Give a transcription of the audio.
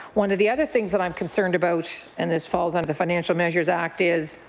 one of the other things that i'm concerned about and this falls under the financial measures act is